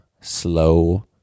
slow